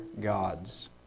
Gods